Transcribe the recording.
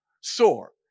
soar